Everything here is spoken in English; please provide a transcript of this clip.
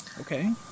Okay